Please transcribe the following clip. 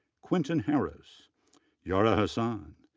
quentin harris yara hasan,